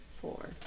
four